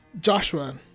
Joshua